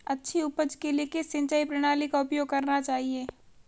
अच्छी उपज के लिए किस सिंचाई प्रणाली का उपयोग करना चाहिए?